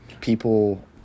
people